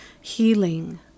healing